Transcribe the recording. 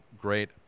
great